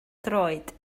droed